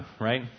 right